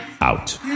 out